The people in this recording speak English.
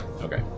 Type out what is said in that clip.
Okay